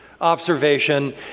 observation